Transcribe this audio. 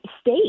state